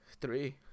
Three